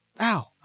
Ow